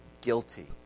guilty